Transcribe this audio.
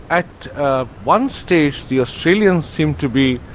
at one stage, the australians seemed to be,